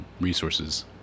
resources